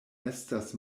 estas